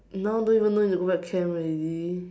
now don't even need to go back to camp already